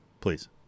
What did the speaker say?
Please